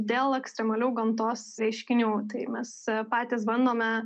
dėl ekstremalių gamtos reiškinių tai mes patys bandome